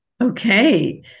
Okay